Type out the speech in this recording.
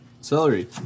celery